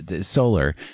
solar